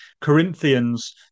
Corinthians